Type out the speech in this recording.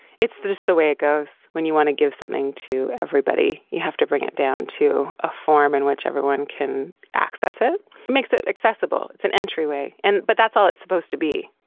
it's just the way it goes when you want to give something to everybody. you have to bring it down to a forum in which everyone can access it makes it accessible. it's an entry way. and but that's all it's supposed to be.